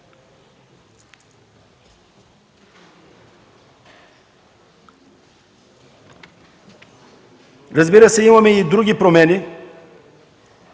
Разбира се, имаме и други промени.